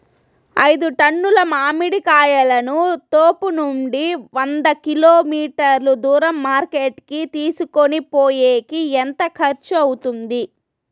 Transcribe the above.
ఐదు టన్నుల మామిడి కాయలను తోపునుండి వంద కిలోమీటర్లు దూరం మార్కెట్ కి తీసుకొనిపోయేకి ఎంత ఖర్చు అవుతుంది?